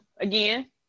Again